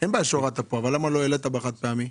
בעיה שהורדת פה, אבל למה לא העלית בחד פעמי?